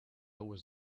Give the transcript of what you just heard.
was